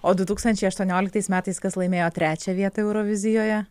o du tūkstančiai aštuonioliktais metais kas laimėjo trečią vietą eurovizijoje